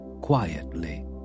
quietly